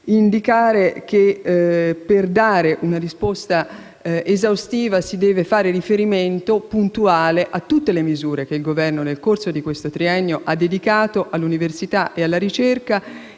specificare che per dare una risposta esaustiva si deve far riferimento puntuale a tutte le misure che nel corso di questo triennio il Governo ha dedicato all'università e alla ricerca